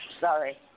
Sorry